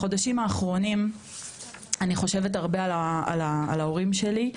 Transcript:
בחודשים האחרונים אני חושבת הרבה על ההורים שלי,